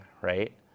right